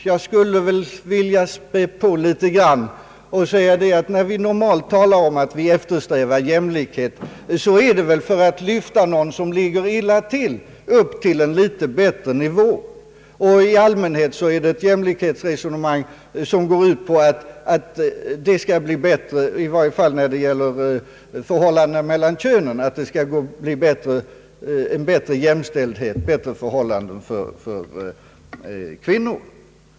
Jag skulle vilja späda på något och säga att när vi normalt talar om att vi eftersträvar jämlikhet så gäller det att lyfta någon grupp som ligger illa till upp till en bättre nivå. I allmänhet går jämlikhetsresonemanget ut på att skapa bättre jämställdhet mellan könen, dvs. bättre förhållanden för kvinnorna.